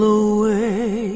away